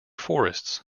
forests